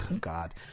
god